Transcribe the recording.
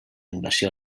invasió